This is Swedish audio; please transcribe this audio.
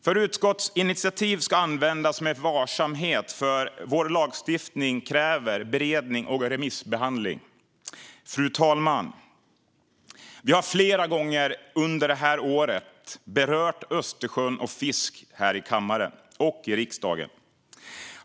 För utskottsinitiativ ska användas med varsamhet, då vår lagstiftning kräver beredning och remissbehandling. Fru talman! Vi har flera gånger under det här året berört Östersjön och fisk här i riksdagens kammare.